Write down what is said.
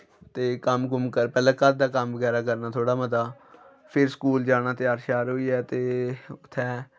ते कम्म कुम्म पैह्लै घर दा कम्म करा करना थोह्ड़ा मता फिर स्कूल जाना त्यार श्यार होइयै ते उत्थै